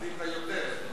רצית יותר.